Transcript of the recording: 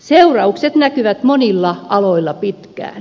seuraukset näkyvät monilla aloilla pitkään